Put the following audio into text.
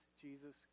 Jesus